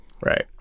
Right